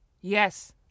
yes